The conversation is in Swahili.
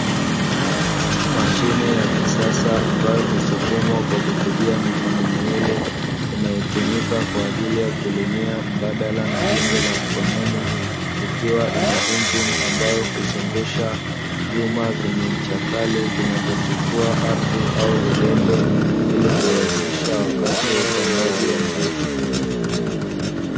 Mashine ya kisasa, ambayo husukumwa kwa kutumia mikono miwili inayotumika kwa ajili ya kulimia mbadala na jemba la mkoni; likiwa lina injini ambayo huzungusha vyuma vyenye ncha kali vinavyotifua ardhi au udongo, ili kurahisha wakati wa upandaji wa mbegu.